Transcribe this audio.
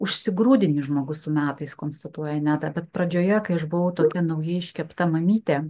užsigrūdini žmogus su metais konstatuoja net bet pradžioje kai aš buvau tokia naujai iškepta mamytė